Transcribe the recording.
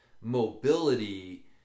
mobility